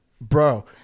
bro